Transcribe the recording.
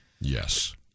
Yes